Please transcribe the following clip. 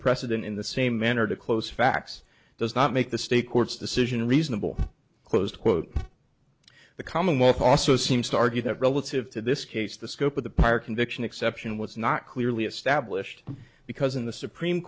precedent in the same manner to close facts does not make the state court's decision reasonable closed quote the commonwealth also seems to argue that relative to this case the scope of the prior conviction exception was not clearly established because in the supreme